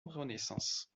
renaissance